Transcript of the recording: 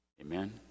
Amen